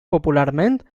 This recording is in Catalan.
popularment